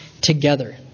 together